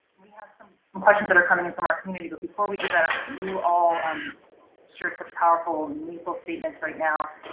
we have some questions that are coming in from our community, but before we do that, you all um shared such powerful, meaningful statements right now,